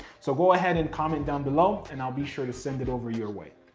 so go ahead and comment down below and i'll be sure to send it over your way.